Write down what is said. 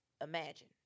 imagine